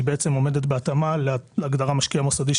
היא עומדת בהתאמה להגדרה משקיע מוסדי,